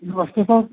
नमस्ते सर